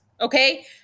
okay